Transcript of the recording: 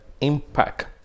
impact